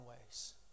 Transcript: ways